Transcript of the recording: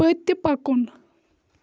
پٔتہِ پکُن